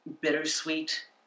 bittersweet